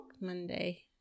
Monday